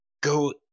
go